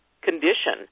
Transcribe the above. condition